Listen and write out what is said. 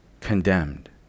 condemned